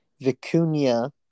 Vicunia